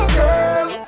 girl